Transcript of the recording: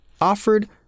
offered